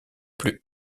plus